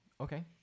Okay